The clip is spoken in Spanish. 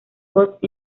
ghost